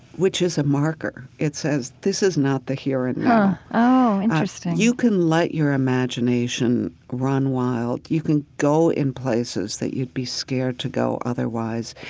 which is a marker. it says this is not the here and now huh. oh, interesting you can let your imagination run wild. you go in places that you'd be scared to go otherwise.